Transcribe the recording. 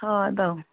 হয় বাৰু